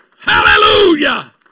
hallelujah